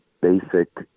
basic